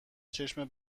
چشم